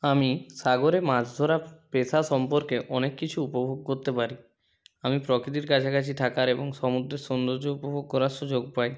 আমি সাগরে মাছ ধরা পেশা সম্পর্কে অনেক কিছু উপভোগ করতে পারি আমি প্রকৃতির কাছাকাছি থাকার এবং সমুদ্রের সৌন্দর্য উপভোগ করার সুযোগ পাই